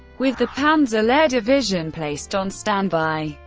with the panzer-lehr-division placed on standby.